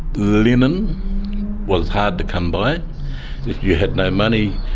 linen was hard to come by. if you had no money,